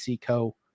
co